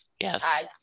yes